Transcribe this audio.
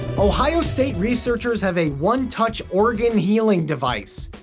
ohio state researchers have a one-touch organ-healing device.